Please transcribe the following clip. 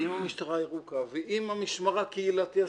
ועם המשטרה הירוקה, ועם המשמר הקהילתי הסביבתי,